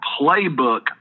playbook